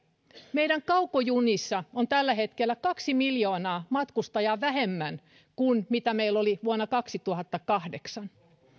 meidän kaukojunissa on tällä hetkellä kaksi miljoonaa matkustajaa vähemmän kuin meillä oli vuonna kaksituhattakahdeksan